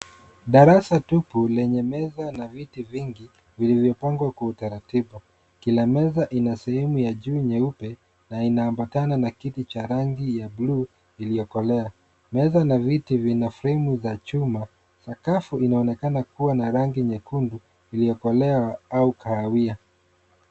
Darasa tupu lenye meza na viti vingi vilivyopangwa kwa utaratibu. Kila meza ina sehemu ya juu nyeupe na inaambatana na kiti cha rangi ya buluu iliyokolea. Meza na viti vina fremu za chuma. Sakafu inaonekana kuwa na rangi nyekundu iliyokolea au kahawia.